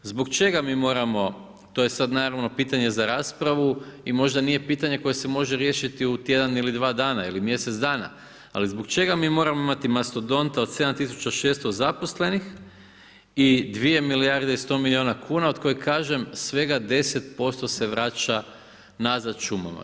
Zbog čega mi moramo, to je sad naravno pitanje za raspravu i možda nije pitanje koje se može riješiti u tjedan ili dva dana ili mjesec dana, ali zbog čega mi moramo imati mastodonta od 7600 zaposlenih i 2 milijarde i 100 milijuna kuna od kojeg kažem svega 10% se vraća nazad šumama.